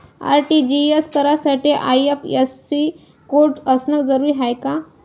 RTGS करासाठी IFSC code असनं जरुरीच हाय का?